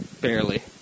Barely